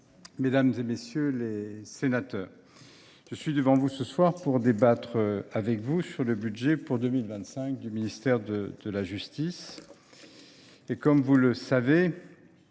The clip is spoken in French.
mesdames, messieurs les sénateurs, je suis devant vous ce soir pour débattre du budget pour 2025 du ministère de la justice. Comme vous le savez,